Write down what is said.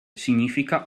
significa